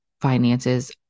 finances